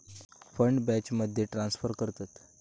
fund बॅचमध्ये transfer करतत